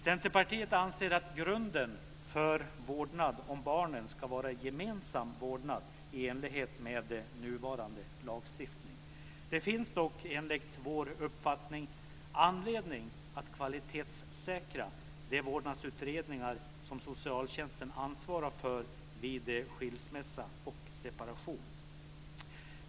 Centerpartiet anser att grunden för vårdnad om barnen ska vara gemensam vårdnad, i enlighet med nuvarande lagstiftning. Det finns dock, enligt vår uppfattning, anledning att kvalitetssäkra de vårdnadsutredningar som socialtjänsten ansvarar för vid skilsmässa och separation.